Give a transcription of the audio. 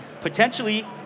Potentially